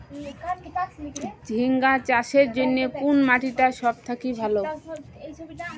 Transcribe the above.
ঝিঙ্গা চাষের জইন্যে কুন মাটি টা সব থাকি ভালো?